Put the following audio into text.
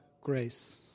grace